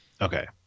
Okay